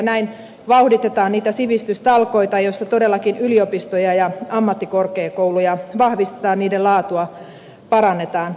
näin vauhditetaan niitä sivistystalkoita joissa todellakin yliopistoja ja ammattikorkeakouluja vahvistetaan niiden laatua parannetaan